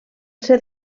ser